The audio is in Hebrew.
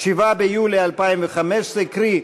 7 ביולי 2015, קרי,